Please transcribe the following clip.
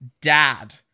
dad